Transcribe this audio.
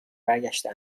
برگشته